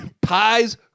Pies